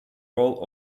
role